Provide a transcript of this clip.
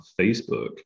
Facebook